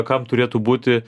kam turėtų būti